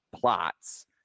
plots